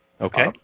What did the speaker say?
Okay